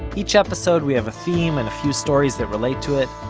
each episode we have a theme and a few stories that relate to it.